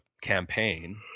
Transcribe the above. campaign